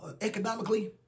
Economically